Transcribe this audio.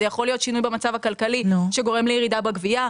זה יכול להיות שינוי במצב הכלכלי שגורם לירידה בגבייה,